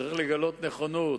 צריך לגלות נכונות,